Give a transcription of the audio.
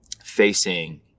facing